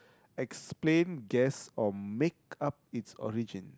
explain guess or make up it's origin